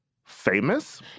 Famous